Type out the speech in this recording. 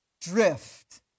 drift